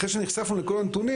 אחרי שנחשפנו לכל הנתונים,